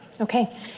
Okay